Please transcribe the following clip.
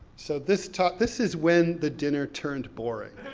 so this top, this is when the dinner turned boring.